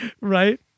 Right